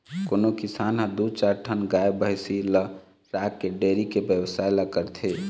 कोनो किसान ह दू चार ठन गाय भइसी ल राखके डेयरी के बेवसाय ल करथे